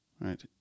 Right